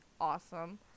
awesome